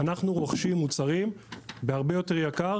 אנחנו רוכשים מוצרים בהרבה יותר יקר